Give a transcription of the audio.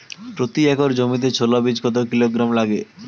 প্রতি একর জমিতে ছোলা বীজ কত কিলোগ্রাম লাগে?